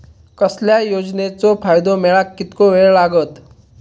कसल्याय योजनेचो फायदो मेळाक कितको वेळ लागत?